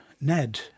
Ned